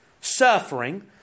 suffering